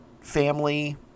family